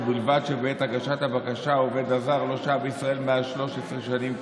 ובלבד שבעת הגשת הבקשה העובד הזר לא היה בישראל מעל 13 שנים.